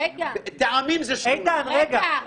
רגע,